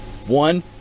One